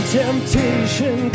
temptation